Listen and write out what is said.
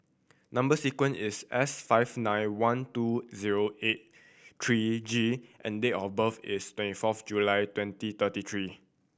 number sequence is S five nine one two zero eight three G and date of birth is twenty fourth July twenty twenty three